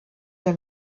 der